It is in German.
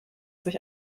sich